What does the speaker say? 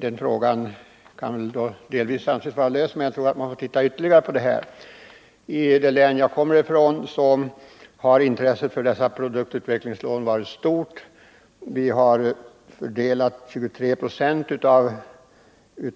Det problemet kan nu anses vara delvis löst, men jag tror att vi måste titta ytterligare på denna fråga. I det län som jag kommer från har intresset för dessa produktutvecklingslån varit stort. Vi har fördelat 23 70